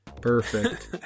Perfect